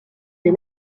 des